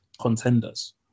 contenders